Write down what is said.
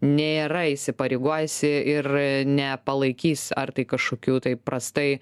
nėra įsipareigojusi ir nepalaikys ar tai kažkokių tai prastai